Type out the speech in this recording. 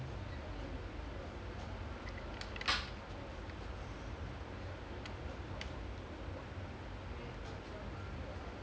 like அடுத்த நாள் பேசாம:adutha naal pesaama school ah வைச்சு இருக்க வேண்டாம்:vaichu irukka vendaam like legit I feel like நம்ப:namba went to watch and went home late அதுக்கு வைச்சு இருக்கவே வேண்டாம்:athukku vaichu irukkavae vendaam